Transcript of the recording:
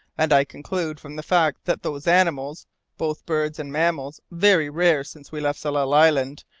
and i conclude from the fact that those animals both birds and mammals very rare since we left tsalal island,